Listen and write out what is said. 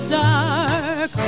dark